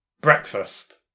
breakfast